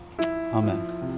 Amen